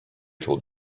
till